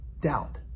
doubt